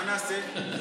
מה נעשה?